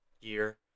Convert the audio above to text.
year